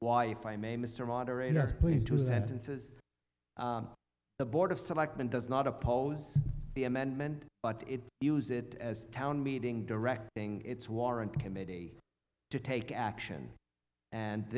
why if i may mr moderator please to have senses the board of selectmen does not oppose the amendment but it use it as a town meeting directing its war and committee to take action and